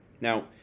Now